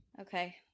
okay